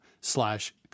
slash